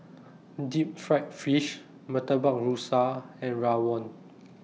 Deep Fried Fish Murtabak Rusa and Rawon